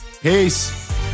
Peace